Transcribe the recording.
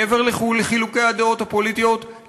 מעבר לחילוקי הדעות הפוליטיים,